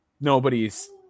nobody's